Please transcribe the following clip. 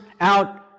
out